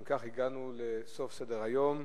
אם כך, הגענו לסוף סדר-היום.